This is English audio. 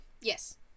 Yes